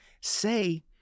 Say